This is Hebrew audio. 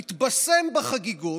הוא התבשם בחגיגות.